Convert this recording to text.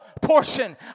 portion